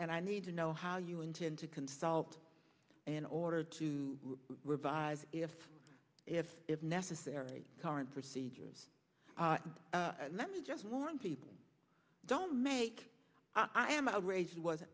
and i need to know how you intend to consult in order to revise if if if necessary current procedures and let me just warn people don't make i am outraged was